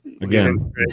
again